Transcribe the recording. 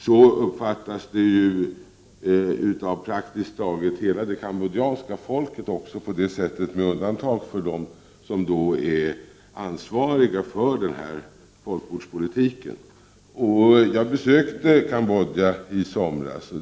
Så uppfattas det av praktiskt taget hela det kambodjanska folket med undantag för dem som är ansvariga för denna folkmordspolitik. Jag besökte Kambodja i somras.